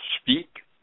speak